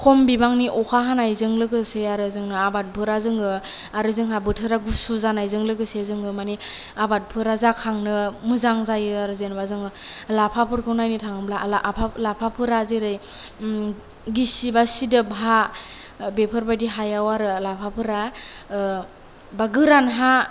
खम बिबांनि अखा हानायजों लोगोसे आरो जोंनि आबादफोरा जोङो आरो जोंहा बोथोरा गुसु जानायजों लोगोसे जोङो मानि आबादफोरा जाखांनो मोजां जायो आरो जेनोबा जोङो लाफाफोरखौ नायनो थाङोब्ला लाफा लाफाफोरा जेरै गिसिबा सिदोब हा बेफोरबादि हायाव आरो लाफा फोरा बा गोरान हा